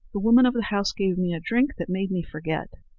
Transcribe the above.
the woman of the house gave me a drink that made me forget.